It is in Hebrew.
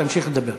תמשיך לדבר.